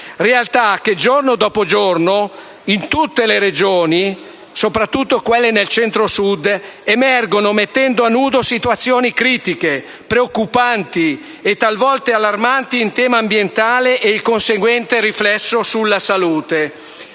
realtà che, giorno dopo giorno, in tutte le Regioni, soprattutto del Centro-Sud, emergono mettendo a nudo situazioni critiche, preoccupanti e talvolta allarmanti in tema ambientale, con conseguente riflesso sulla salute.